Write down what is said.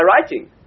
writing